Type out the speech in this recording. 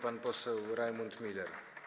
Pan poseł Rajmund Miller.